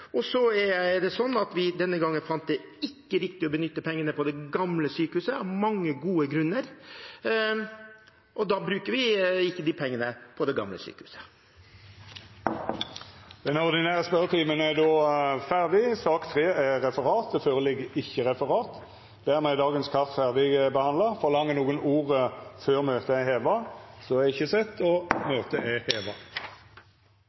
Denne gangen fant vi det ikke riktig å benytte pengene på det gamle sykehuset – av mange gode grunner – og da bruker vi ikke de pengene på det gamle sykehuset. Sak nr. 2 er då ferdigbehandla. Det ligg ikkje føre noko referat. Dermed er dagens kart ferdigbehandla. Ber nokon om ordet før møtet vert heva? Så